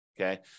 okay